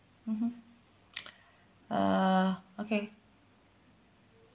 mmhmm uh okay